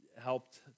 helped